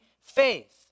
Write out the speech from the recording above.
faith